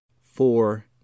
four